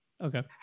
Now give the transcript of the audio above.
Okay